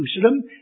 Jerusalem